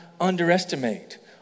underestimate